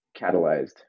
catalyzed